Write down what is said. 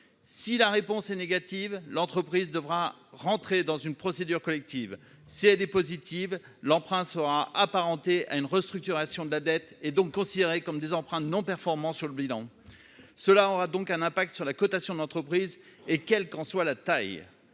si la réponse est négative, l'entreprise devra rentrer dans une procédure collective, si elle est positive, l'emprunt sera apparenté à une restructuration de la dette et donc considérés comme des empreintes non performants sur le bilan, cela aura donc un impact sur la cotation d'entreprise et quel qu'en soit la taille,